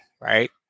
right